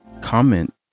comment